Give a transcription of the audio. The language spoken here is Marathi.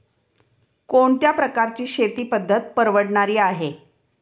कोणत्या प्रकारची शेती पद्धत परवडणारी आहे?